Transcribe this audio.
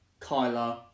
Kyler